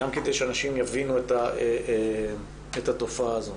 גם כדי שאנשים יבינו את התופעה הזו.